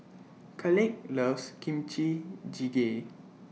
Caleigh loves Kimchi Jjigae